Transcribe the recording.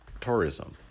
tourism